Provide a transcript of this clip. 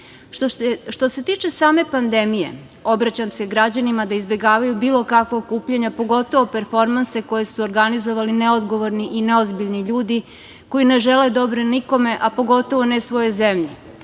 se tiče same pandemije, obraćam se građanima da izbegavaju bilo kakva okupljanja, pogotovo performanse koje su organizovali neodgovorni i neozbiljni ljudi koji ne žele dobro nikome, a pogotovo ne svojoj zemlji. Pre